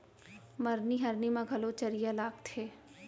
मरनी हरनी म घलौ चरिहा लागथे